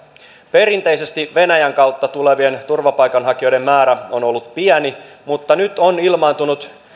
perinteisesti venäjän kautta tulevien turvapaikanhakijoiden määrä on ollut pieni mutta nyt on ilmaantunut